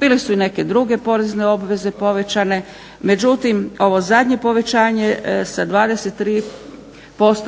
Bile su i neke druge porezne obveze povećane, međutim ovo zadnje povećanje sa 23%